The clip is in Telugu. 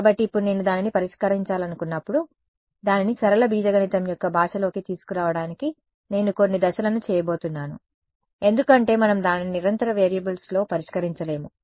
కాబట్టి ఇప్పుడు నేను దానిని పరిష్కరించాలనుకున్నప్పుడు దానిని సరళ బీజగణితం యొక్క భాషలోకి తీసుకురావడానికి నేను కొన్ని దశలను చేయబోతున్నాను ఎందుకంటే మనం దానిని నిరంతర వేరియబుల్స్లో పరిష్కరించలేము